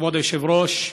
כבוד היושב-ראש,